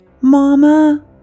Mama